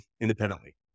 independently